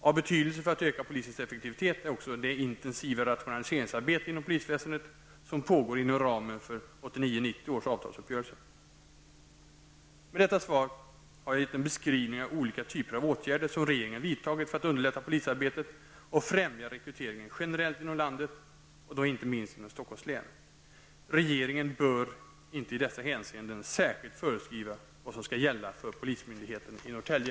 Av betydelse för att öka polisens effektivitet är också det intensiva rationaliseringsarbete inom polisväsendet som pågår inom ramen för 1989/90 Med detta svar har jag gett en beskrivning av olika typer av åtgärder som regeringen vidtagit för att underlätta polisarbetet och främja rekryteringen generellt inom landet och inte minst inom Stockholms län. Regeringen bör inte i dessa hänseenden särskilt föreskriva vad som skall gälla för polismyndigheten i Norrtälje.